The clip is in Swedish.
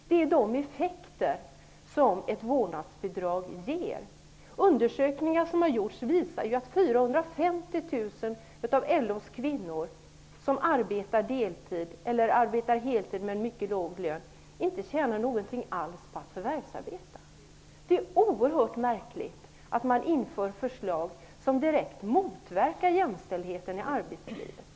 Detta är de effekter som ett vårdnadsbidrag ger. Undersökningar som har gjorts visar ju att 450 000 av LO:s kvinnor som arbetar deltid, eller heltid med mycket låg lön, inte tjänar någonting alls på att förvärvsarbeta. Det är oerhört märkligt att man vill genomföra förslag som direkt motverkar jämställdheten i arbetslivet.